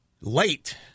Late